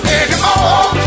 anymore